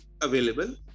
available